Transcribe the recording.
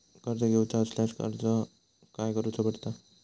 कर्ज घेऊचा असल्यास अर्ज खाय करूचो पडता?